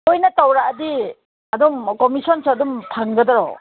ꯇꯣꯏꯅ ꯇꯧꯔꯛꯑꯗꯤ ꯑꯗꯨꯝ ꯀꯝꯃꯤꯁꯟꯁꯨ ꯑꯗꯨꯝ ꯐꯪꯒꯗ꯭ꯔꯣ